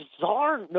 bizarre